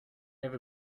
every